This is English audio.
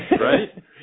Right